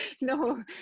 No